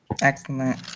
excellent